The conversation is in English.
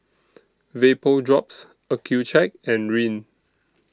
Vapodrops Accucheck and Rene